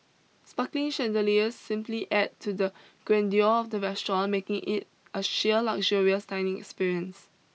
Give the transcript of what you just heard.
sparkling chandeliers simply adds to the grandeur of the restaurant making it a sheer luxurious dining experience